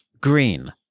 Green